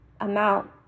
amount